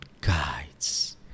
guides